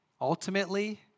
ultimately